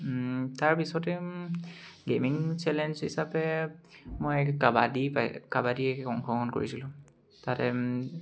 তাৰপিছতে gaming challenge হিচাপে মই কাবাডী পাই কাবাডীত অংশগ্ৰহণ কৰিছিলোঁ তাতে